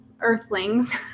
earthlings